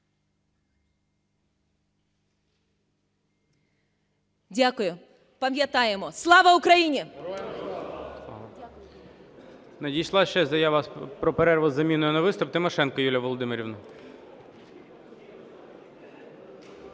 Дякую. Пам'ятаємо. Слава Україні!